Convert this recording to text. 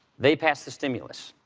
they passed a stimulus,